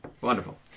Wonderful